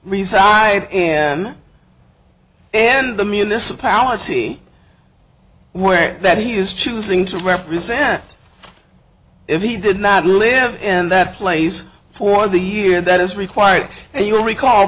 reside in the municipality where that he is choosing to represent if he did not live in that place for the year that is required and you will recall